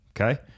okay